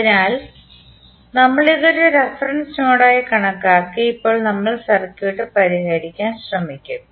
അതിനാൽ നമ്മൾ ഇത് ഒരു റഫറൻസ് നോഡായി കണക്കാക്കി ഇപ്പോൾ നമ്മൾ സർക്യൂട്ട് പരിഹരിക്കാൻ ശ്രമിക്കും